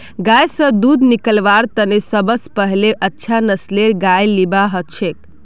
गाय स दूध निकलव्वार तने सब स पहिले अच्छा नस्लेर गाय लिबा हछेक